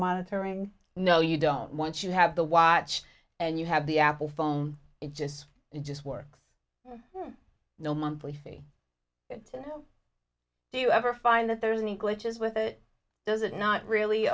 monitoring no you don't want you have the watch and you have the apple phone it just it just works no monthly fee and do you ever find that there's any glitches with it does it not really